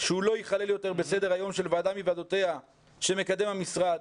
שהוא לא ייכלל יותר בסדר היום בוועדה מוועדותיה שמקדם המשרד.